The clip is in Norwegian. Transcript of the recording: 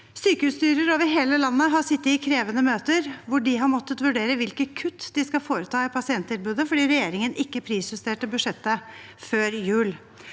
Sykehusstyrer over hele landet har sittet i krevende møter hvor de har måttet vurdere hvilke kutt de skal foreta i pasienttilbudet, fordi regjeringen ikke prisjusterte budsjettet før jul.